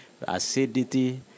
acidity